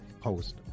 post